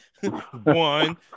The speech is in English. One